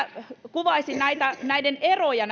kuvaisin näiden huomautusten eroja